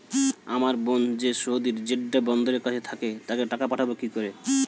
আমার বোন যে সৌদির জেড্ডা বন্দরের কাছে থাকে তাকে টাকা পাঠাবো কি করে?